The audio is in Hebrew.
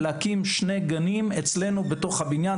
להקים שני גנים אצלנו בתוך הבניין.